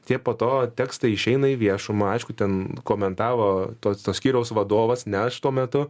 tie po to tekstai išeina į viešumą aišku ten komentavo to to skyriaus vadovas nes aš tuo metu